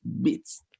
bits